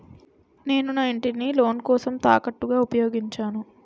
నేను నా ఇంటిని లోన్ కోసం తాకట్టుగా ఉపయోగించాను